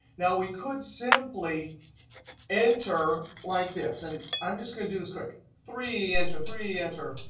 now, we could simply enter like this. and i'm just going to do this quick three enter three enter.